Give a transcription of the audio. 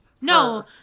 no